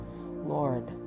Lord